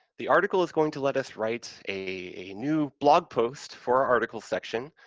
the article is going to let us write a new blog post for our article section,